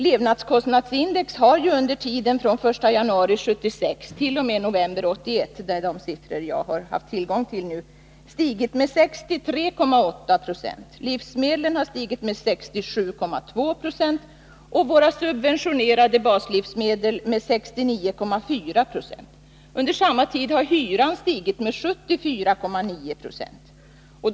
Levnadskostnadsindex har under tiden från januari 1976-november 1991 — det är de siffror jag haft tillgång till — stigit med 63,8 20. Livsmedlen har stigit med 67,2 20 och våra subventionerade baslivsmedel med 69,4 20. Under samma tid har hyran stigit med 74,9 90.